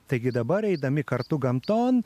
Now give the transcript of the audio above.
taigi dabar eidami kartu gamton